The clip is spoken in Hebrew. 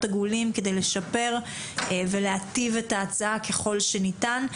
עגולים כדי לשפר ולהיטיב את ההצעה ככל שניתן,